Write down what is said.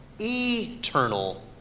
eternal